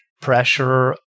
pressure